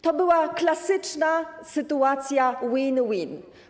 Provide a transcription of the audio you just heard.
To była klasyczna sytuacja win-win.